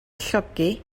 llogi